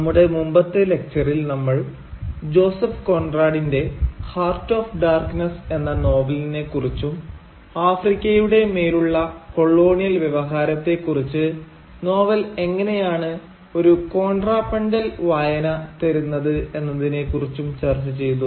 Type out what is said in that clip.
നമ്മുടെ മുമ്പത്തെ ലക്ചറിൽ നമ്മൾ ജോസഫ് കോൺറാഡിന്റെ 'ഹാർട്ട് ഓഫ് ഡാർക്ക്നെസ്സ്' എന്ന നോവലിനെ കുറിച്ചും ആഫ്രിക്കയുടെ മേലുള്ള കൊളോണിയൽ വ്യവഹാരത്തെ കുറിച്ച് നോവൽ എങ്ങനെയാണ് ഒരു കോൺട്രാപെന്റൽ വായന തരുന്നത് എന്നതിനെ കുറിച്ചും ചർച്ച ചെ യ്തു